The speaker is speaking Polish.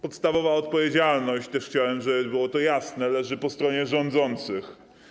Podstawowa odpowiedzialność - też chciałbym, żeby było to jasne - leży po stronie rządzących.